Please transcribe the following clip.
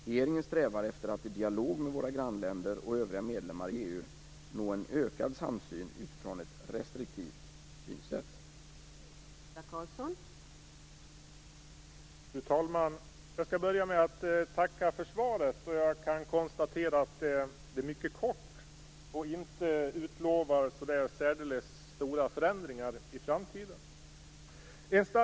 Regeringen strävar efter att i dialog med våra grannländer och övriga medlemmar i EU nå en ökad samsyn utifrån ett restriktivt synsätt.